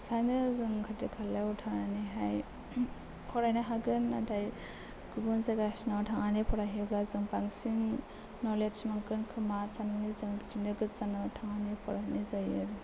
सानो जों खाथि खालायावहाय थांनानैहाय फरायनो हागोन नाथाय गुबुन जायगासिनाव थांनानै फरायहैयोब्ला जों बांसिन नलेज मोनगोनखोमा साननानै जों बिदिनो गोजानाव थांनानै फरायहैनाय जायो